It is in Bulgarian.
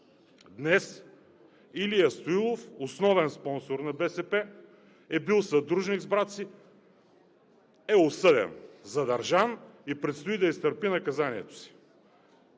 Илия Стоилов – основен спонсор на БСП, е бил съдружник с брат си и е осъден, задържан и предстои да изтърпи наказанието си.